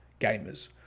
gamers